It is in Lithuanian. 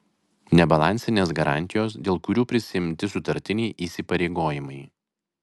nebalansinės garantijos dėl kurių prisiimti sutartiniai įsipareigojimai